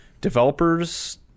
developers